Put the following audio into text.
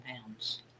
pounds